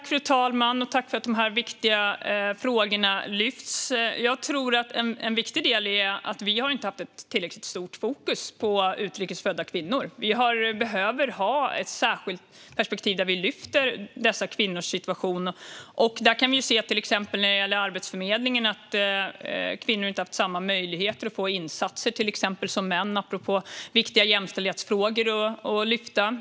Fru talman! Tack för att dessa viktiga frågor lyfts, Josefin Malmqvist! Jag tror att en viktig del är att vi inte har haft ett tillräckligt stort fokus på utrikes födda kvinnor. Vi behöver ha ett särskilt perspektiv där vi lyfter dessa kvinnors situation. När det gäller Arbetsförmedlingen kan vi till exempel se att kvinnor inte har haft samma möjligheter som män att få insatser, apropå viktiga jämställdhetsfrågor att lyfta.